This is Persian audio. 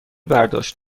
برداشت